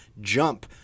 jump